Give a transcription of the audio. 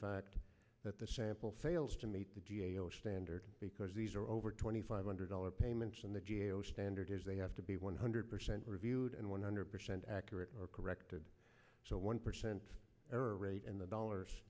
inside that the sample fails to meet the g a o standard because these are over twenty five hundred dollar payments and the g a o standard is they have to be one hundred percent reviewed and one hundred percent accurate or corrected so one percent error rate in the dollars